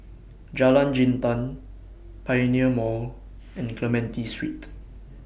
Jalan Jintan Pioneer Mall and Clementi Street